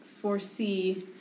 foresee